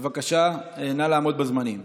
בבקשה, נא לעמוד בזמנים.